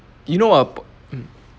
you know ah po~ um